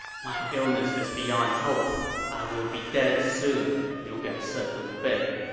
my illness is beyond hope i will be dead soon, liu biao said to liu bei.